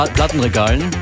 Plattenregalen